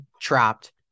Trapped